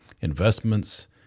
investments